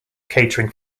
catering